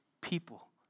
people